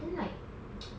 then like